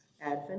Advent